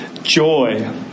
Joy